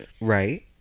Right